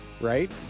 right